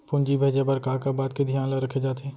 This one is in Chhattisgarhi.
पूंजी भेजे बर का का बात के धियान ल रखे जाथे?